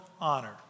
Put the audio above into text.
honor